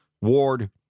Ward